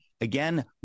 Again